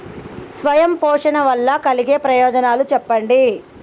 స్వయం పోషణ వల్ల కలిగే ప్రయోజనాలు చెప్పండి?